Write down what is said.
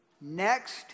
Next